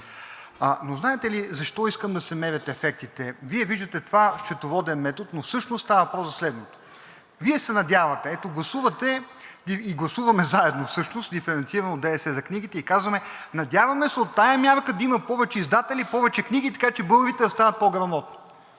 Знаете ли защо искам да се мерят ефектите? Вие виждате в това счетоводен метод, но всъщност става въпрос за следното: ето гласувате, гласуваме заедно всъщност, диференцирано ДДС за книгите и казваме: надяваме се от тази мярка да има повече издатели, повече книги, така че българите да стават по-грамотни.